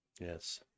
yes